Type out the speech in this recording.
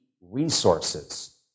resources